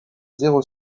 zéro